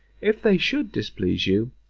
if they should displease you,